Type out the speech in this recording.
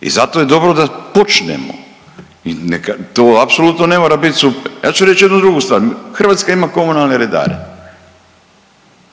I zato je dobro da počnemo i neka, to apsolutno ne mora biti super. Ja ću reći jednu drugu stvar, Hrvatska ima komunalne redare.